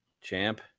Champ